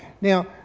Now